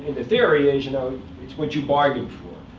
the theory is, you know it's what you bargained for.